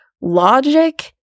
Logic